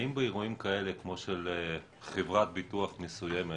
האם באירועים כאלה כמו של חברת ביטוח מסוימת.